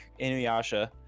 inuyasha